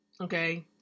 Okay